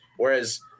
Whereas